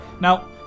Now